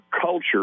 culture